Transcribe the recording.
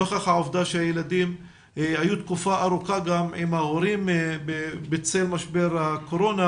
נוכח העובדה שהילדים היו תקופה ארוכה עם ההורים בצל משבר הקורונה,